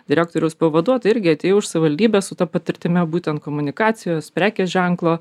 direktoriaus pavaduotoja irgi atėjau iš savivaldybės su ta patirtimi būtent komunikacijos prekės ženklo